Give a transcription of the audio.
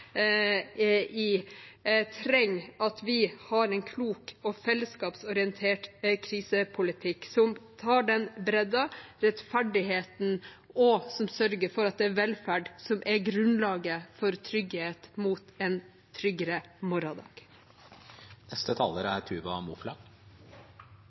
i, trenger at vi har en klok og fellesskapsorientert krisepolitikk som har bredden og rettferdigheten, og som sørger for at det er velferden som er grunnlaget for trygghet, mot en tryggere morgendag.